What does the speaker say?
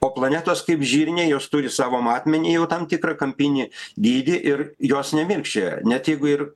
o planetos kaip žirniai jos turi savo matmenį jau tam tikrą kampinį dydį ir jos nemirkčioja net jeigu ir